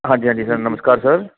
ਹਾਂਜੀ ਹਾਂਜੀ ਸਰ ਨਮਸਕਾਰ ਸਰ